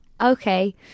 Okay